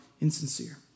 insincere